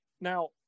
Now